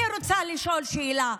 אני רוצה לשאול שאלה: